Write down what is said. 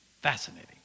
Fascinating